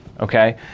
Okay